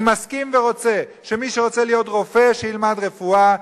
אני מסכים ורוצה שמי שרוצה להיות רופא שילמד רפואה,